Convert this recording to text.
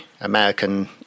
american